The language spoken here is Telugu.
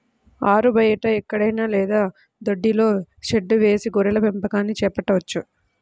ఆరుబయట ఎక్కడైనా లేదా దొడ్డిలో షెడ్డు వేసి గొర్రెల పెంపకాన్ని చేపట్టవచ్చు